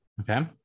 Okay